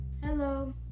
Hello